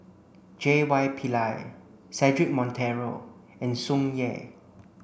J Y Pillay Cedric Monteiro and Tsung Yeh